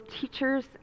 teachers